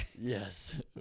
yes